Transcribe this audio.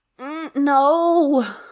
No